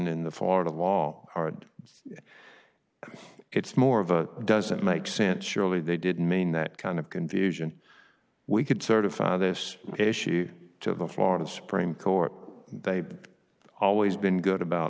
in the for the long hard it's more of a doesn't make sense surely they didn't mean that kind of confusion we could certify this issue to the florida supreme court they've always been good about